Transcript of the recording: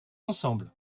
ensemble